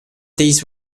these